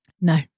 No